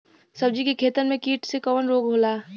सब्जी के खेतन में कीट से कवन रोग होला?